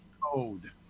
code